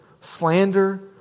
Slander